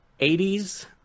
80s